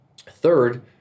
third